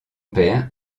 père